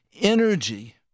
energy